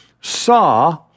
saw